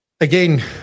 Again